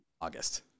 August